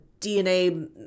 DNA